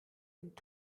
und